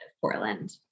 Portland